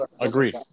agreed